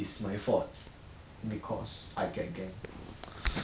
ya but I'm losing right now then that's why they are flaming [what]